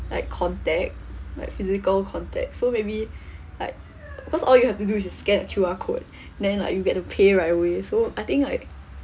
like contact like physical contact so maybe like because all you have to do is scan the Q_R code then like you get to pay right away so I think like